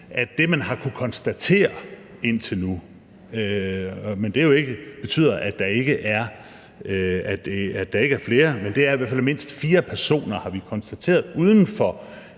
at det, man har kunnet konstatere indtil nu – men det betyder jo ikke, at der ikke er flere – er, at i hvert fald mindst fire personer er smittet ud over